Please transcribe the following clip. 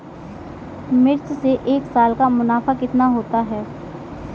मिर्च से एक साल का मुनाफा कितना होता है?